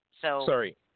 Sorry